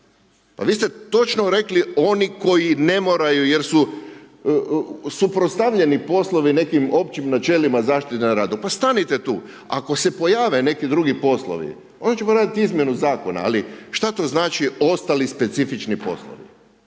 vi ste točno rekli, oni koji ne moraju, jer su suprotstavljeni poslovi nekim općim načelima zaštite na radu. Pa stanite tu, ako se pojave neki drugi poslovi onda ćemo radit izmjenu zakona. Ali šta to znači, ostali specifični poslovi?